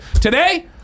Today